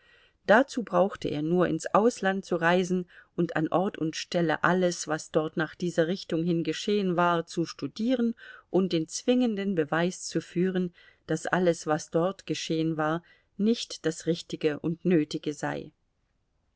dazu brauchte er nur ins ausland zu reisen und an ort und stelle alles was dort nach dieser richtung hin geschehen war zu studieren und den zwingenden beweis zu führen daß alles was dort geschehen war nicht das richtige und nötige sei